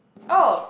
oh